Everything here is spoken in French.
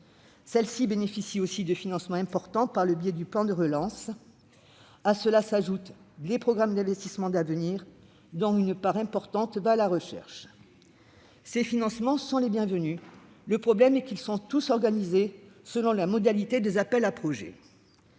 Celle-ci bénéficie aussi de financements importants par le biais du plan de relance. S'y ajoutent les programmes d'investissements d'avenir, dont une part importante va à la recherche. Ces financements sont bienvenus ; le problème est qu'ils sont tous organisés selon la modalité de l'appel à projets.